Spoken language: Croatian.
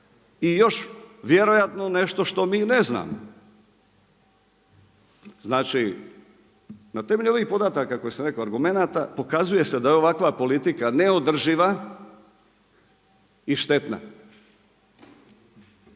i još vjerojatno nešto što mi ne znamo. Znači na temelju ovih podataka koje sam rekao argumenata, pokazuje da je ovakva politika neodrživa i štetna.